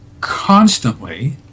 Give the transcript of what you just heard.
constantly